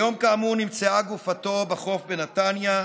היום, כאמור, נמצאה גופתו בחוף בנתניה.